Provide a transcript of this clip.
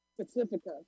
Pacifica